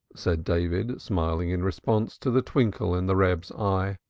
said david, smiling in response to the twinkle in the reb's eye.